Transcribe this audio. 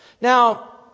Now